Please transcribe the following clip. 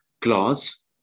clause